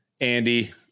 Andy